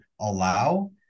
allow